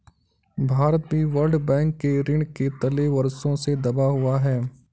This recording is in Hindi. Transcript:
भारत भी वर्ल्ड बैंक के ऋण के तले वर्षों से दबा हुआ है